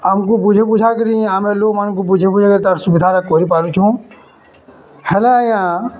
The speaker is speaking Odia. ଆମକୁ ବୁଝେଇ ବୁଝା କରି ଆମେ ଲୋକ୍ମାନଙ୍କୁ ବୁଝେଇ ବୁଝାକରି ତାର୍ ସୁବିଧାଟା କରିପାରୁଛୁଁ ହେଲେ ଆଜ୍ଞା